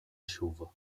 chuva